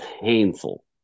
painful